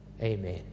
Amen